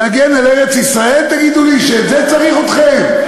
להגן על ארץ-ישראל, תגידו לי, שבזה צריך אתכם?